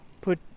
put